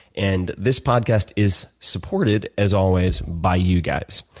and this podcast is supported as always by you guys.